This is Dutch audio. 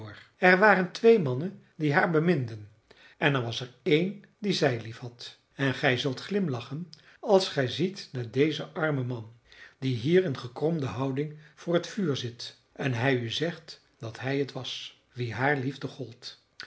er waren twee mannen die haar beminden en er was er een dien zij liefhad en gij zult glimlachen als gij ziet naar dezen armen man die hier in gekromde houding voor het vuur zit en hij u zegt dat hij het was wien haar liefde gold